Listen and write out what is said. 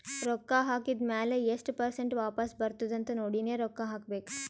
ರೊಕ್ಕಾ ಹಾಕಿದ್ ಮ್ಯಾಲ ಎಸ್ಟ್ ಪರ್ಸೆಂಟ್ ವಾಪಸ್ ಬರ್ತುದ್ ಅಂತ್ ನೋಡಿನೇ ರೊಕ್ಕಾ ಹಾಕಬೇಕ